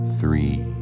three